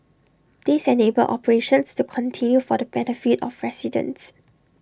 this enabled operations to continue for the benefit of residents